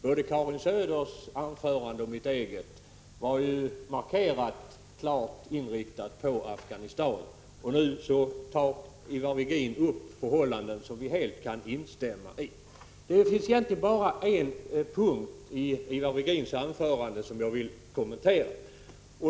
Både Karin Söders och mitt eget anförande var klart koncentrerade på Afghanistan, och Ivar Virgin framförde nu synpunkter på förhållandena i Afghanistan som vi helt kan instämma i. Det fanns egentligen bara en enda punkt i Ivar Virgins anförande som jag vill kommentera.